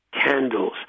candles